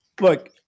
look